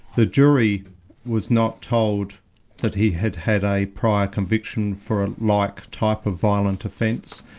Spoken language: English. the jury was not told that he had had a prior conviction for a like type of violent offence,